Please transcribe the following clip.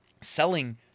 selling